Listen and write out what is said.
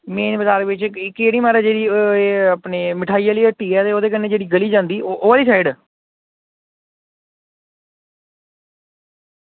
main बजार बिच केह्ड़ी म्हाराज मठाई आह्ली हट्टी ऐ ते जेह्ड़ी ओह्दे कन्नै गली जंदी ओह्कड़ी साईड